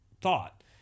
thought